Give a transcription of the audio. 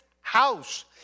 house